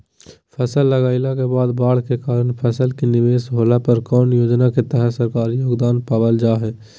फसल लगाईला के बाद बाढ़ के कारण फसल के निवेस होला पर कौन योजना के तहत सरकारी योगदान पाबल जा हय?